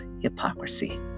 hypocrisy